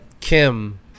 Kim